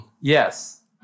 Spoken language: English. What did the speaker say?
yes